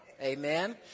Amen